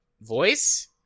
voice